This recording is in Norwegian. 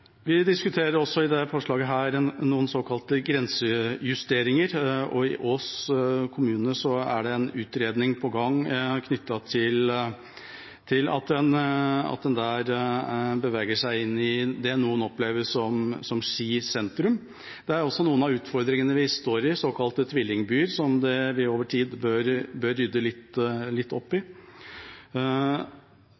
Vi diskuterer også i forbindelse med dette forslaget noen såkalte grensejusteringer, og i Ås kommune er det en utredning på gang knyttet til at en der beveger seg inn i det noen opplever som Ski sentrum. Det er også noen av utfordringene vi står i, såkalte tvillingbyer, som vi over tid bør rydde litt opp i.